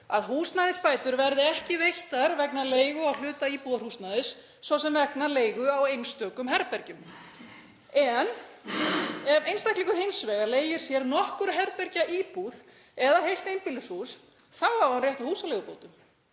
að húsnæðisbætur verði ekki veittar vegna leigu á hluta íbúðarhúsnæðis, svo sem vegna leigu á einstökum herbergjum, en ef einstaklingur leigir hins vegar nokkurra herbergja íbúð eða heilt einbýlishús á hann rétt á húsaleigubótum,